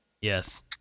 Yes